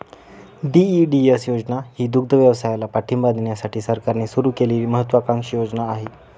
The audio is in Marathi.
डी.ई.डी.एस योजना ही दुग्धव्यवसायाला पाठिंबा देण्यासाठी सरकारने सुरू केलेली महत्त्वाकांक्षी योजना आहे